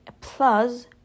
plus